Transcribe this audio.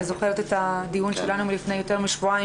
אני זוכרת את הדיון שלנו מלפני יותר משבועיים